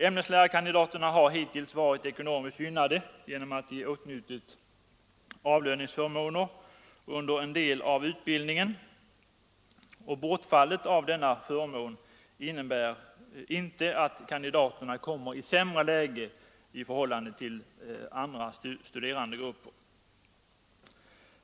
Ämneslärarkandidaterna har hittills varit ekonomiskt gynnade genom att de åtnjutit avlöningsförmåner under en del av utbildningen. Bortfallet av denna förmån innebär inte att kandidaterna kommer i sämre läge än andra studerandegrupper.